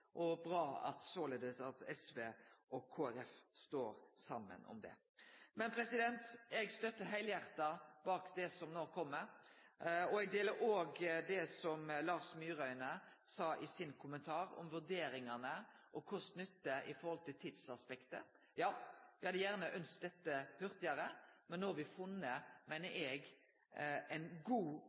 at SV og Kristeleg Folkeparti står saman om han. Men eg stiller meg heilhjarta bak det som no kjem. Eg deler òg det som Lars Myraune sa i sin kommentar, om vurderingane og kost–nytte i forhold til tidsaspektet. Ja, eg hadde gjerne ønskt meg dette hurtigare, men no har me funne, meiner eg, ei god